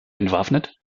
entwaffnet